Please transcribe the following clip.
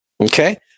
okay